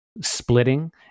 splitting